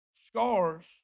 Scars